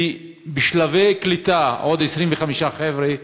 ובשלבי קליטה עוד 25 חבר'ה.